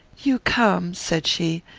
you come, said she,